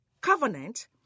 Covenant